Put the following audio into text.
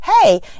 hey